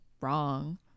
wrong